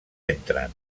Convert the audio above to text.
entren